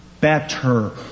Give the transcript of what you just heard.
Better